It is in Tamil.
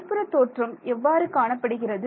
மேற்புறத் தோற்றம் எவ்வாறு காணப்படுகிறது